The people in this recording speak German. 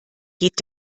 geht